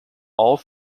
all